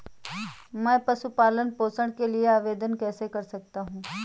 मैं पशु पालन पोषण के लिए आवेदन कैसे कर सकता हूँ?